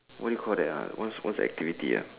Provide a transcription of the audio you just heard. what do you call that ah what's what's the activity ah